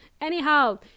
Anyhow